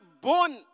born